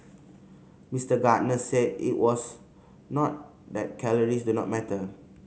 Mister Gardner said it was not that calories do not matter